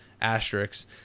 asterisks